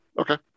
Okay